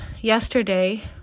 yesterday